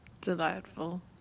delightful